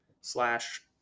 slash